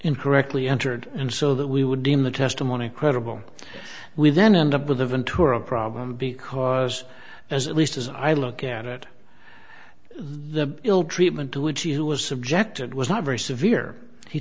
incorrectly entered and so that we would deem the testimony credible we then end up with a ventura problem because there's at least as i look at it the ill treatment to which he was subjected was not very severe he